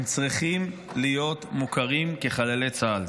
הם צריכים להיות מוכרים כחללי צה"ל.